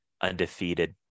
undefeated